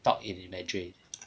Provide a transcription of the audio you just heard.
talk in mandarin